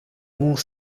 μου